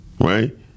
right